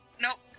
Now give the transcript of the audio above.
Nope